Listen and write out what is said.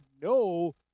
no